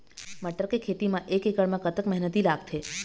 मटर के खेती म एक एकड़ म कतक मेहनती लागथे?